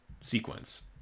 sequence